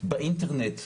באינטרנט,